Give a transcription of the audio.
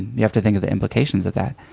you have to think of the implications of that.